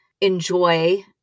enjoy